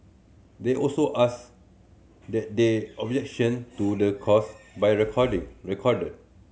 they also asked that they objection to the clause by recording recorded